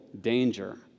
danger